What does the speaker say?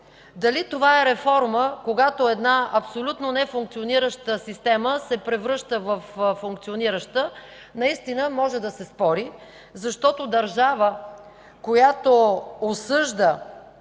Дали това е реформа, когато една абсолютно нефункционираща система се превръща във функционираща, може да се спори, защото държава, която осъжда,